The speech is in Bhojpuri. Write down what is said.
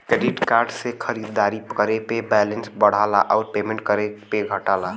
क्रेडिट कार्ड से खरीदारी करे पे बैलेंस बढ़ला आउर पेमेंट करे पे घटला